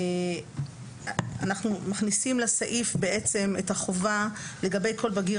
אנחנו מכניסים לסעיף את החובה לגבי כל בגיר